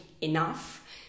enough